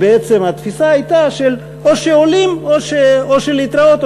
בעצם התפיסה הייתה של: או שעולים או שלהתראות,